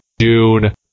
June